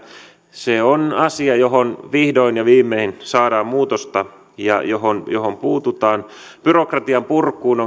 se on asia johon vihdoin ja viimein saadaan muutosta ja johon johon puututaan byrokratian purkuun